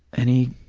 any